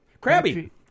Crabby